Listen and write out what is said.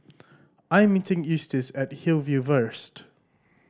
I am meeting Eustace at Hillview first